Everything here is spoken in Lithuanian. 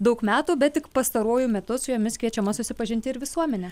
daug metų bet tik pastaruoju metu su jomis kviečiama susipažinti ir visuomenė